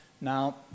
Now